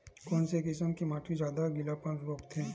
कोन से किसम के माटी ज्यादा गीलापन रोकथे?